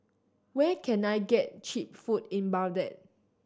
where can I get cheap food in Baghdad